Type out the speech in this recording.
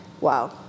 wow